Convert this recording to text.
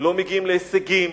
לא מגיעים להישגים,